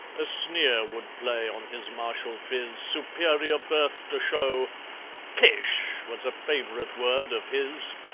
a sneer would play on his martial phiz, superior birth to show pish! was a favourite word of his,